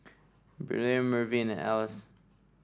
Briley Mervin and Alyce